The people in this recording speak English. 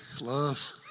love